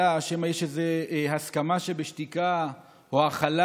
עלה שמא יש איזו הסכמה שבשתיקה או הכלה